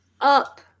up